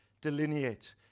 delineate